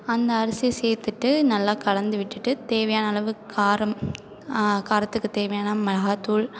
அந்த அரிசி சேர்த்துட்டு நல்லா கலந்து விட்டுட்டு தேவையான அளவு காரம் காரத்துக்கு தேவையான மிளகாய் தூள்